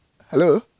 Hello